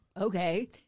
Okay